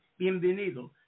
Bienvenido